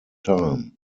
time